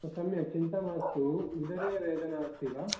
सम्यक् चिन्ता मास्तु उदरे वेदना अस्ति वा